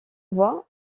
voix